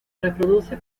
reproduce